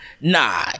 nah